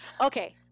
Okay